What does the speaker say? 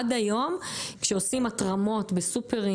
עד היום כשעושים התרמות בסופרים,